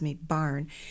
barn